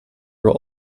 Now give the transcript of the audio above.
role